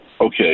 okay